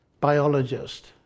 biologist